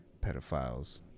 pedophiles